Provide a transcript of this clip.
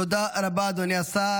תודה רבה, אדוני השר.